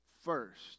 First